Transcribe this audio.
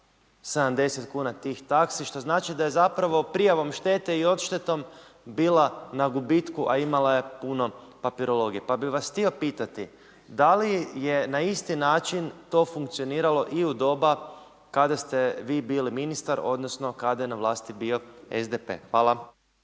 70 kuna tih taksi, što znači da je zapravo prijavom štete i odštetom bila na gubitku, a imala je puno papirologije. Pa bih vas htio pitati, da li je na isti način to funkcioniralo i u doba kada ste vi bili ministar odnosno kada je na vlasti bio SDP? Hvala.